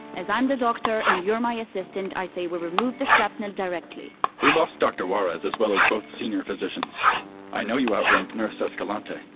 as i'm the doctor and you're my assistant, i say we remove the shrapnel directly we lost doctor juarez, as well as both senior physicians i know you outrank nurse escelante,